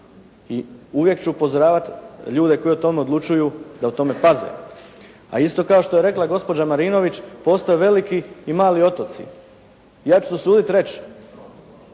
i uvijek ću upozoravati ljude koji o tome odlučuju da o tome paze, a isto kao što je rekla gospođa Marinović postoje veliki i mali otoci. Ja ću se usuditi reći,